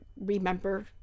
remember